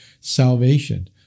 Salvation